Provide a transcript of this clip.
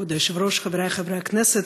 כבוד היושב-ראש, חברי חברי הכנסת,